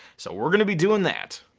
so we're gonna be doing that.